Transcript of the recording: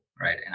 right